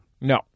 No